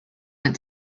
went